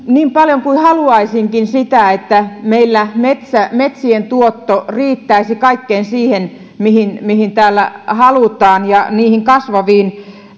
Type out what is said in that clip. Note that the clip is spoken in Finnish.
niin paljon kuin haluaisinkin sitä että meillä metsien tuotto riittäisi kaikkeen siihen mihin mihin halutaan ja niihin kasvaviin